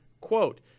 Quote